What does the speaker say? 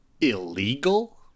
Illegal